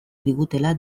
digutela